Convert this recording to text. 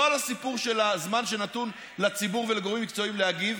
לא על הסיפור של הזמן שנתון לציבור ולגורמים מקצועיים להגיב,